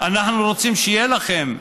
אנחנו רוצים שיהיה לכם,